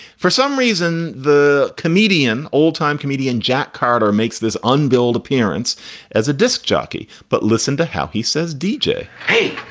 for some reason, the comedian, old time comedian jack carter makes this unbuild appearance as a disc jockey. but listen to how he says d j. hey,